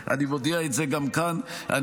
אני הודעתי את זה גם בקריאה הטרומית.